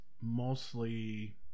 mostly